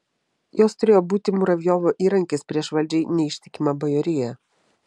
jos turėjo būti muravjovo įrankis prieš valdžiai neištikimą bajoriją